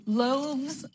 loaves